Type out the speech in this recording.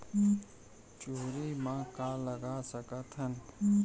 चुहरी म का लगा सकथन?